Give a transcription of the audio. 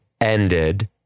ended